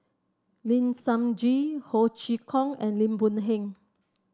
Lim Sun Gee Ho Chee Kong and Lim Boon Heng